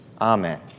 Amen